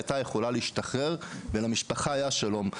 הייתה יכולה להשתחרר ולמשפחה היה שלום.